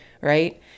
right